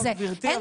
גברתי,